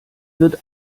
wird